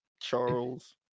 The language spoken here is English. charles